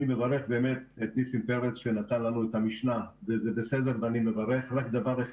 אני מברך את ניסים פרץ שנתן לנו את המשנה ואני מברך על כך.